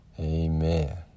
amen